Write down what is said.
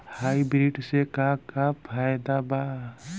Hybrid से का का फायदा बा?